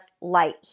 light